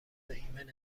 ایمن